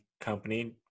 Company